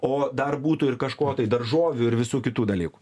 o dar būtų ir kažko tai daržovių ir visų kitų dalykų